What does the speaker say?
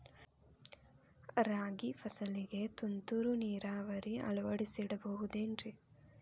ರಾಗಿ ಫಸಲಿಗೆ ತುಂತುರು ನೇರಾವರಿ ಅಳವಡಿಸಬಹುದೇನ್ರಿ?